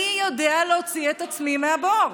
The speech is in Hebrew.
אני יודע להוציא את עצמי מהבור.